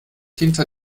hinter